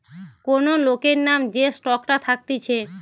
কোন লোকের নাম যে স্টকটা থাকতিছে